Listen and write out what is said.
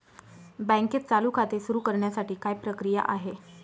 बँकेत चालू खाते सुरु करण्यासाठी काय प्रक्रिया आहे?